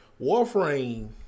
Warframe